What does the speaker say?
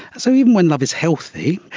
so even when love is healthy,